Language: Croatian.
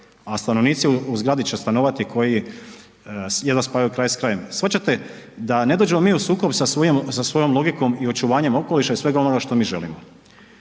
a stanovnici u zgradi će stanovati koji jedva spajaju kraj s krajem, shvaćate da ne dođemo mi u sukob sa svojim, sa svojom logikom i očuvanjem okoliša i svega onoga što mi želimo.